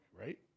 right